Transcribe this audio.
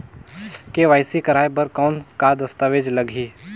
KYC कराय बर कौन का दस्तावेज लगही?